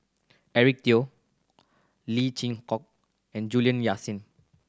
Eric Teo Lee Chin Koon and Juliana Yasin